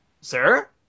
Sir